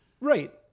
Right